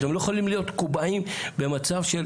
אתם לא יכולים להיות מקובעים במצב של